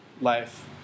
life